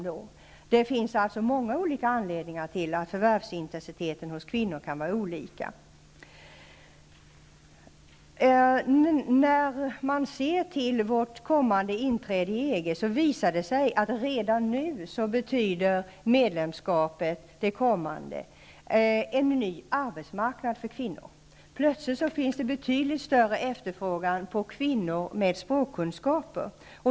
Det finns alltså många olika anledningar till att förvärvsfrekvensen för kvinnor kan vara olika. När man ser på vårt kommande inträde i EG visar det sig att det kommande medlemskapet redan nu betyder en ny arbetsmarknad för kvinnor. Plötsligt finns det betydligt större efterfrågan på kvinnor med språkkunskaper.